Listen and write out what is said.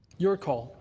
your call.